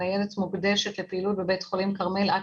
הניידת מוקדשת לפעילות בבית חולים כרמל עד